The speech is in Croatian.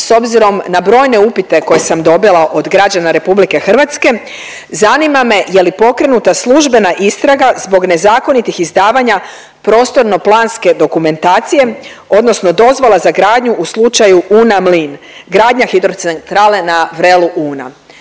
s obzirom na brojne upite koje sam dobila od građana RH zanima me je li pokrenuta službena istraga zbog nezakonitih izdavanja prostorno planske dokumentacije odnosno dozvola za gradnju u slučaju Una - mlin, gradnja hidrocentrale na Vrelu Una